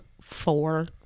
four